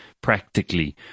Practically